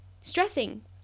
stressing